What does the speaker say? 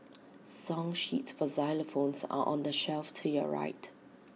song sheets for xylophones are on the shelf to your right